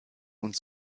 und